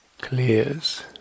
clears